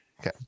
okay